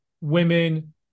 women